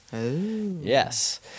Yes